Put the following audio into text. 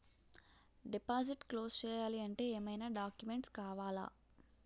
Deposit close చేయాలి అంటే ఏమైనా డాక్యుమెంట్స్ కావాలా?